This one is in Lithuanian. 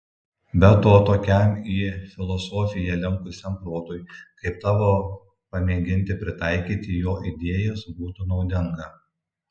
be to tokiam į filosofiją linkusiam protui kaip tavo pamėginti pritaikyti jo idėjas būtų naudinga